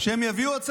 לא יסגרו תיקים.